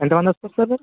ఎంతమంది వస్తారు సార్